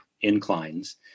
inclines